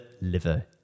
liver